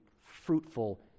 fruitful